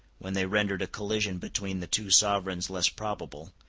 when they rendered a collision between the two sovereigns less probable,